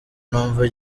numva